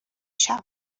شود